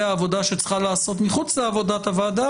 העבודה שצריכה להיעשות מחוץ לעבודת הוועדה,